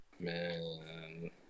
Man